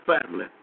family